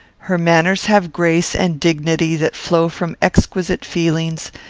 her manners have grace and dignity that flow from exquisite feelings,